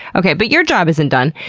okay, but your job isn't done!